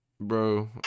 Bro